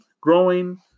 growing